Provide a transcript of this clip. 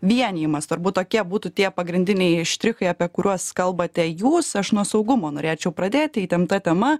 vienijimas turbūt tokie būtų tie pagrindiniai štrichai apie kuriuos kalbate jūs aš nuo saugumo norėčiau pradėti įtempta tema